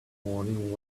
morning